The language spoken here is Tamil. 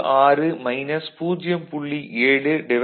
16 மைனஸ் 0